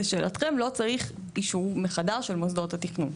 לשאלתכם, לא צריך אישור מחדש של מוסדות התכנון.